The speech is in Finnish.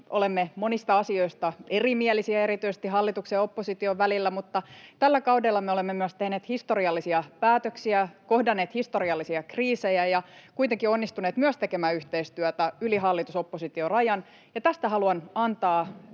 olemme monista asioista erimielisiä, erityisesti hallituksen ja opposition välillä, mutta tällä kaudella me olemme myös tehneet historiallisia päätöksiä ja kohdanneet historiallisia kriisejä ja kuitenkin onnistuneet myös tekemään yhteistyötä yli hallitus—oppositio-rajan, ja tästä haluan antaa